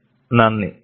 നന്ദി